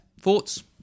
thoughts